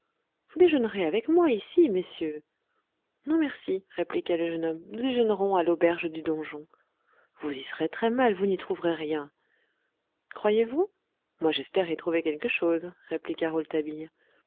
déjeunerez avec moi ici messieurs non merci répliqua le jeune homme nous déjeunerons à l'auberge du donjon vous y serez très mal vous n'y trouverez rien croyez-vous moi j'espère y trouver quelque chose répliqua